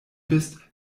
bist